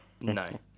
No